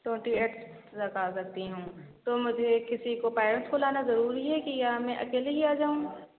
twenty eight तक आ सकती हूँ तो मुझे किसी को पैरेंटस को लाना ज़रूरी है या कि मैं अकेले ही आ जाऊँ